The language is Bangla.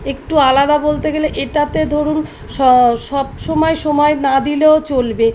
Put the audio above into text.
একটু আলাদা বলতে গেলে এটাতে ধরুন স সবসময় সময় না দিলেও চলবে